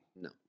No